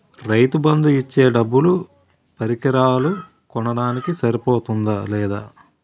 రైతు బందు ఇచ్చే డబ్బులు పరికరాలు కొనడానికి సరిపోతుందా లేదా?